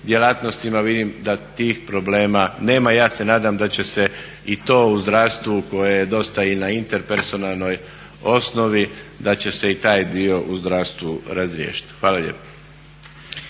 vidim da tih problema nema. Ja se nadam da će se i to uz zdravstvo koje je dosta i na interpersonalnoj osnovi da će se i taj dio u zdravstvu razriješiti. Hvala lijepa.